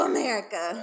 America